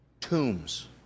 Tombs